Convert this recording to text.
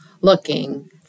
looking